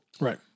Right